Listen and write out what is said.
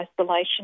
isolation